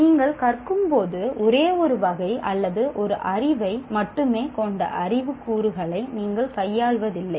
நீங்கள் கற்கும்போது ஒரே ஒரு வகை அல்லது ஒரு அறிவை மட்டுமே கொண்ட அறிவு கூறுகளை நீங்கள் கையாள்வதில்லை